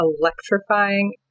electrifying